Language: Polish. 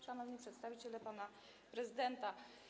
Szanowni Przedstawiciele Pana Prezydenta!